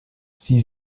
sie